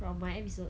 from my episode